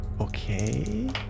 Okay